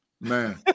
Man